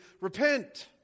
repent